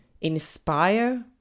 inspire